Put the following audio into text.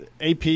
AP